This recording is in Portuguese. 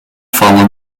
fala